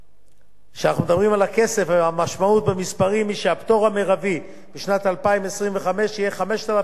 המשמעות במספרים היא שהפטור המרבי לשנת 2025 יהיה 5,487 ש"ח,